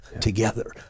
together